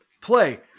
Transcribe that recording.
play